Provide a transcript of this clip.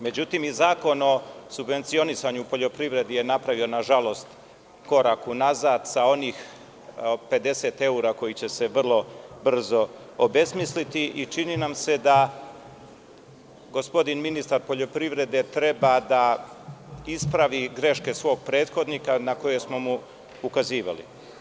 Međutim, i Zakon o subvencionisanju u poljoprivredi je napravio, na žalost, korak unazad sa onih 50 evra koje će se vrlo brzo obesmisliti i čini nam se da gospodin ministar poljoprivrede treba da ispravi greške svog prethodnika na koje smo mu ukazivali.